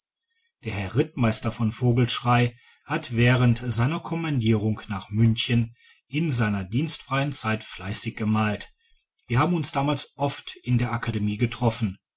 der herr rittmeister von vogelschrey hat während seiner kommandierung nach münchen in seiner dienstfreien zeit fleißig gemalt wir haben uns damals oft in der akademie getroffen